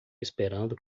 esperando